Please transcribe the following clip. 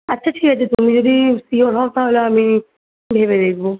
আচ্ছা ঠিক আছে তুমি যদি শিওর হও তাহলে আমি ভেবে দেখব